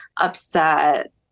upset